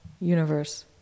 universe